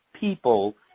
people